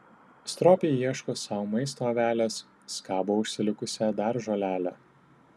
stropiai ieško sau maisto avelės skabo užsilikusią dar žolelę